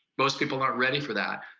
most people aren't ready for that.